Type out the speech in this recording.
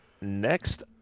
next